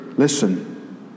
Listen